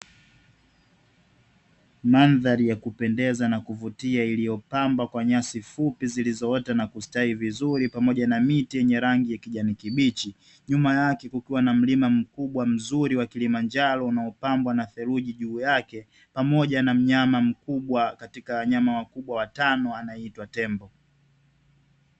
Mandhari ya kupendeza na kuvutia iliyopamba kwa nyasi fupi zilizoota na kustawi vizuri pamoja na miti yenye rangi ya kijani kibichi, nyuma yake kukiwa na mlima mkubwa mzuri wa kilimanjaro unaopambwa na theluji juu yake, pamoja na mnyama mkubwa katika wanyama wakubwa watano anayeitwa tembo.